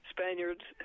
Spaniards